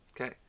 okay